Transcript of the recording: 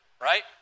right